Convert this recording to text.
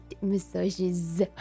massages